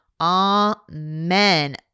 amen